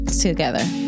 together